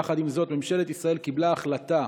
יחד עם זאת, ממשלת ישראל קיבלה החלטה,